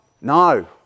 No